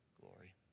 glory